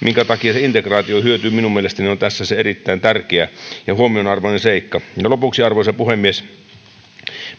minkä takia se integraatiohyöty minun mielestäni on tässä erittäin tärkeä ja huomionarvoinen seikka lopuksi arvoisa puhemies